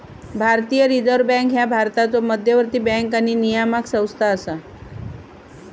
भारतीय reserve bank ह्या भारताचो मध्यवर्ती बँक आणि नियामक संस्था असा